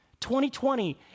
2020